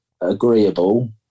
agreeable